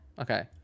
okay